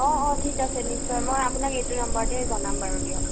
অ অ ঠিক আছে নিশ্চয় মই আপোনাক এইটো নাম্বাৰতে জনাম বাৰু দিয়ক